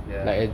ya